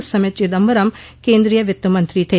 उस समय चिदंबरम केन्द्रीय वित्तमंत्री थे